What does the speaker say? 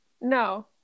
No